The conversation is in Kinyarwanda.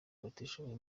batishoboye